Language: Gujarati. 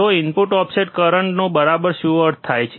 તો ઇનપુટ ઓફસેટ કરંટનો બરાબર શું અર્થ થાય છે